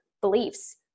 beliefs